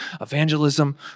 evangelism